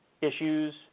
issues